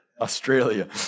Australia